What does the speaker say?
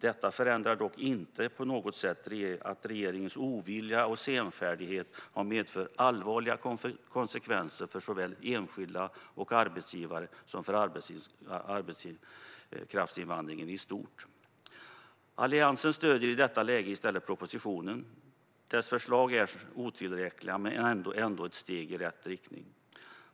Detta förändrar dock inte på något sätt att regeringens ovilja och senfärdighet har medfört allvarliga konsekvenser såväl för enskilda och arbetsgivare som för arbetskraftsinvandringen i stort. Alliansen stöder i detta läge i stället propositionen. Dess förslag är otillräckligt, men ändå steg i rätt riktning.